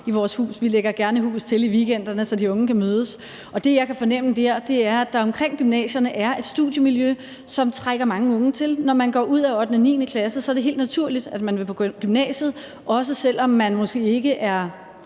i vores hus – vi lægger gerne hus til i weekenderne, så de unge kan mødes – kan jeg i hvert fald fornemme, at der omkring gymnasierne er et studiemiljø, som trækker mange unge til. Når man går ud af 8.-9. klasse, er det helt naturligt, at man vil gå i gymnasiet, også selv om man måske ikke er,